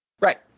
Right